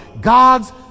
God's